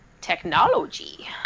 Technology